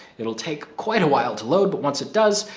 it'll take quite a while to load, but once it does,